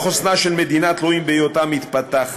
כל המערכת הפוליטית והמדינית רעשה וגעשה נוכח האיום החדש והמפתיע.